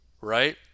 right